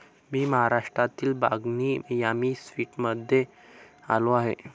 मी महाराष्ट्रातील बागनी यामी स्वीट्समध्ये आलो आहे